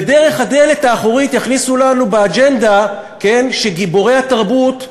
ודרך הדלת האחורית יכניסו לנו באג'נדה שגיבורי התרבות,